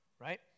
right